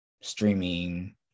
streaming